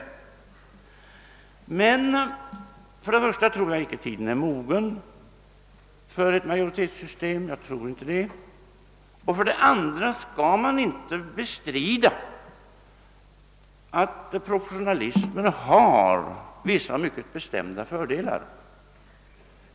Men för det första tror jag inte att tiden är mogen för ett majoritetssystem och för det andra skall man inte bestrida att proportionalismen har vissa mycket bestämda fördelar.